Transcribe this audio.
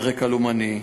על רקע לאומני.